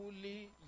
fully